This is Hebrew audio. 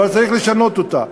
אבל צריך לשנות אותה.